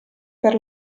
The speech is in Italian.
per